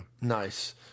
Nice